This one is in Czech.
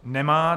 Nemá.